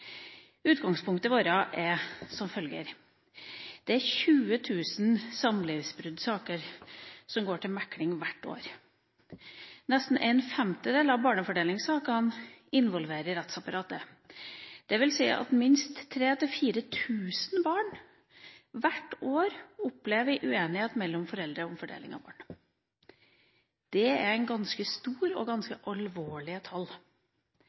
Utgangspunktet vårt er som følger: Det er 20 000 samlivsbruddsaker som går til mekling hvert år. Nesten en femtedel av barnefordelingssakene involverer rettsapparatet, dvs. at minst 3 000–4 000 barn hvert år opplever uenighet mellom foreldrene om fordelinga av barna. Det er ganske store og ganske alvorlige tall.